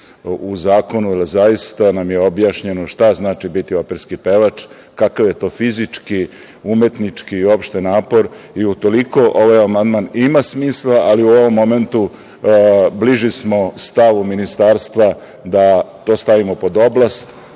u zakonu, jer zaista nam je objašnjeno šta znači biti operski pevač, kakav je to fizički, umetnički i uopšte napor. Utoliko ovaj amandman ima smisla, ali u ovom momentu bliži smo stavu Ministarstva da to stavimo pod oblast,